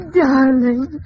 darling